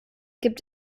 gibt